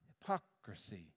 hypocrisy